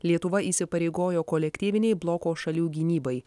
lietuva įsipareigojo kolektyvinei bloko šalių gynybai